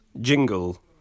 Jingle